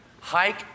hike